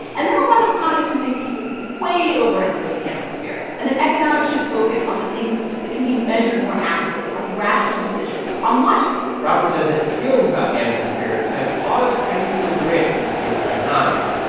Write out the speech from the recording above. and there are a lot of economists who think people way overestimate animal spirits and that economics should focus on the things that can be measured more accurately on rational decisions, on logic robert says that feelings about animal spirits have caused kind of a rift in the field of economics.